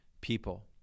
people